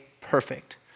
perfect